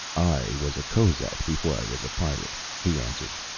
i was a kozak before i was a pirate, he answered.